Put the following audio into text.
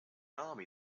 army